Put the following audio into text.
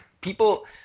People